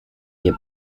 nie